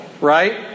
right